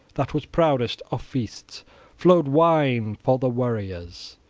that was proudest of feasts flowed wine for the warriors.